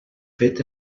fet